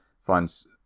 Finds